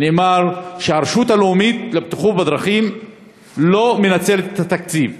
שהרשות הלאומית לבטיחות בדרכים לא מנצלת את התקציב,